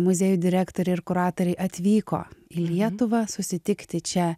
muziejų direktoriai ir kuratoriai atvyko į lietuvą susitikti čia